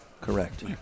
Correct